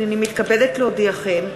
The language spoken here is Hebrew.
הנני מתכבדת להודיעכם,